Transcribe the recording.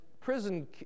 prison